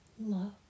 love